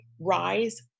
rise